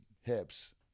hips